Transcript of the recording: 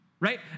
Right